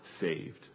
saved